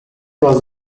was